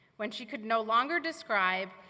when she could no longer describe,